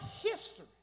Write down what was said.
history